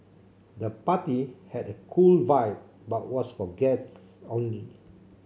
the party had a cool vibe but was for guests only